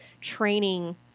training